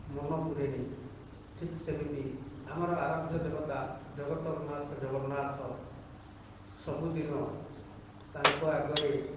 ମନ ପୂରେନି ଠିକ୍ ସେମିତି ଆମର ଆରଧ୍ୟ ଦେବତା ଜଗତର ନାଥ ଜଗନ୍ନାଥ ସବୁ ଦିନ ତାଙ୍କ ଆଗରେ